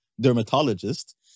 dermatologist